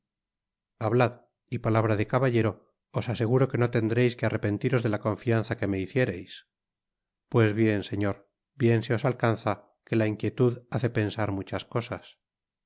hablad y palabra de caballero os aseguro que no tendreis que arrepentiros de la confianza que me hiciereis pues bien señor bien se os alcanza que la inquietud nace pensar muchas cosas